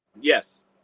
Yes